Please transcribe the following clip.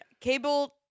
Cable